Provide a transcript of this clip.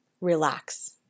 Relax